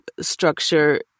structure